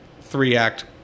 three-act